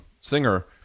singer